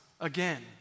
again